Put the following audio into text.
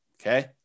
okay